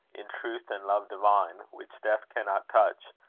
in truth and love divine, which death cannot touch,